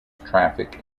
traffic